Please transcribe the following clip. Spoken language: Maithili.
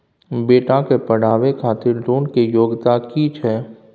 बेटा के पढाबै खातिर लोन के योग्यता कि छै